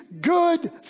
good